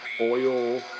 oil